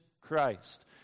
Christ